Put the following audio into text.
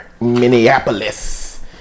minneapolis